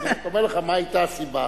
אני רק אומר לך מה היתה הסיבה,